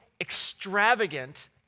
extravagant